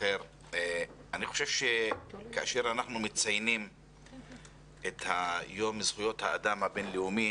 אני חושב שכאשר אנחנו מציינים את יום זכויות האדם הבין-לאומי